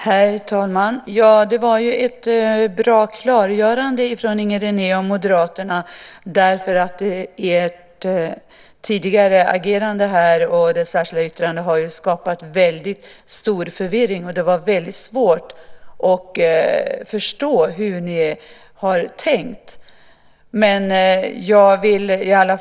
Herr talman! Det var ett bra klargörande från Inger René och Moderaterna. Ert tidigare agerande och det särskilda yttrandet har ju skapat väldigt stor förvirring. Det har varit svårt att förstå hur ni har tänkt.